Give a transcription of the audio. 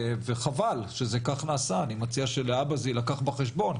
וחבל שכך זה נעשה אני מציע שלהבא זה יילקח בחשבון.